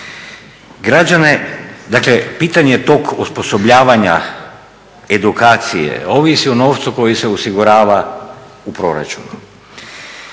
Građane, dakle pitanje to osposobljavanja, edukacije ovisi o novcu koji se osigurava u proračunu.